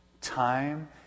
time